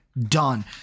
done